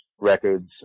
Records